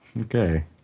Okay